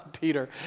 Peter